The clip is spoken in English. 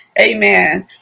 Amen